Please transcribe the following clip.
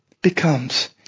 becomes